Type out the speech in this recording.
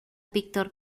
victor